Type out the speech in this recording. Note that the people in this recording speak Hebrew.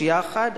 יחד,